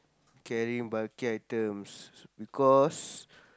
carrying bulky items because